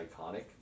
iconic